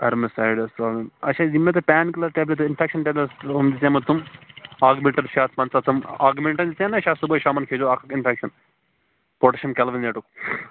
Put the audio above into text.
اڈمہِ سایِڈٕ ٲس پرابلِم اچھا یِم مےٚ تۅہہِ پین کِلَر ٹیبلٹ ٲس اِنفیٚکشیٚنُک ٹیبلٹ ٲس یِم تِمہٕ تِم آگمیٚنٹن شےٚ ہَتھ پَنٛژاہ تِم آگمیٚنٛٹَن دِژیو نا شاید صُبحَن شامَن کھیٚزیٚو اَکھ اِنفیٚکشیٚن پوٹیشِیَم کیلوٕنیٹُک